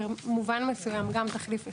במובן מסוים גם תחליף הספק.